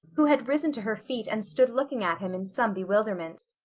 who had risen to her feet and stood looking at him in some bewilderment.